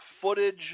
footage